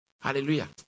Hallelujah